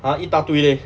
!huh! 一大堆 leh